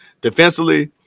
defensively